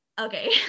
Okay